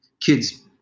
kid's